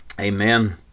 Amen